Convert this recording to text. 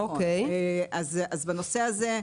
בנושא הזה,